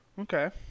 Okay